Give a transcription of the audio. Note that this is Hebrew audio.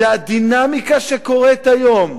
שהדינמיקה שקורית היום,